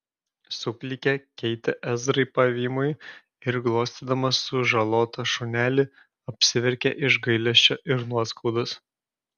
suklykė keitė ezrai pavymui ir glostydama sužalotą šunelį apsiverkė iš gailesčio ir nuoskaudos